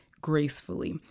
gracefully